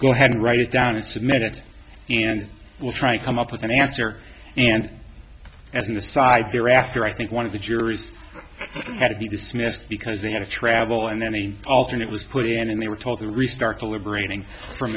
go ahead and write it down it's a minute and we'll try to come up with an answer and as an aside there after i think one of the jurors had to be dismissed because they had to travel and any alternate was put in and they were told to restart deliberating from